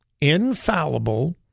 infallible